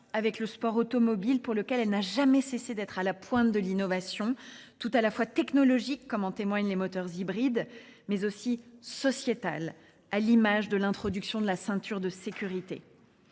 avec le sport automobile pour lequel elle n'a jamais cessé d'être à la pointe de l'innovation, tout à la fois technologique comme en témoignent les moteurs hybrides, mais aussi sociétal, à l'image de l'introduction de la ceinture de sécurité.